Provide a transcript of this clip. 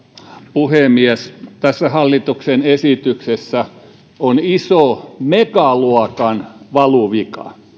puhemies tässä hallituksen esityksessä on iso megaluokan valuvika